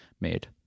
made